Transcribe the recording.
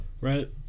Right